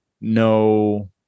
no